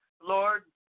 Lord